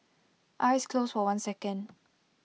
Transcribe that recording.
eyes closed for one second